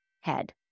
head